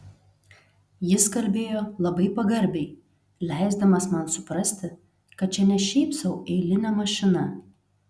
jis kalbėjo labai pagarbiai leisdamas man suprasti kad čia ne šiaip sau eilinė mašina